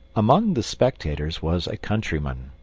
among the spectators was a countryman,